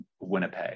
Winnipeg